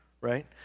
Right